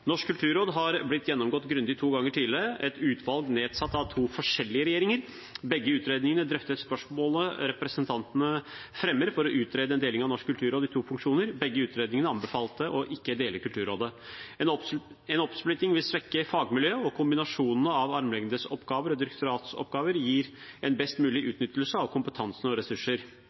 Norsk kulturråd er blitt gjennomgått grundig to ganger tidligere, av utvalg nedsatt av to forskjellige regjeringer. Begge utredningene drøftet spørsmålet representantene fremmer om å utrede en deling av Norsk kulturråd i to funksjoner, og begge utredningene anbefalte ikke å dele Kulturrådet. En oppsplitting vil svekke fagmiljøet, og kombinasjonen av armlengdes avstand-oppgaver og direktoratsoppgaver gir en best mulig utnyttelse av kompetanse og ressurser.